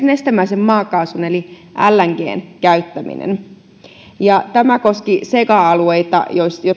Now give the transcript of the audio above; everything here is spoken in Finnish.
nestemäisen maakaasun eli lngn käyttäminen tämä koski seca alueita